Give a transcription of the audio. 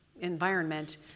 environment